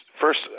first